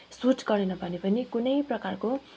suit गरेन भने पनि कुनै प्रकारको